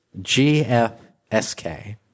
GFSK